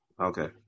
Okay